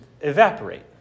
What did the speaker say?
evaporate